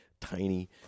tiny